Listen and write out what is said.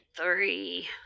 three